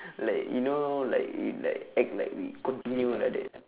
like you know like like act like we continue like that